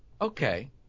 Okay